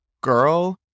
girl